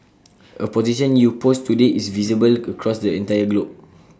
A position you post today is visible across the entire globe